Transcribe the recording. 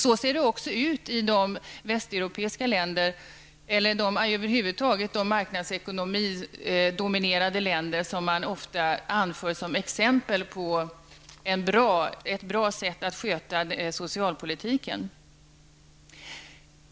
Så ser det ut också i de marknadsekonomidominerade länder som man ofta anför som exempel på länder där socialpolitiken sköts på ett bra sätt.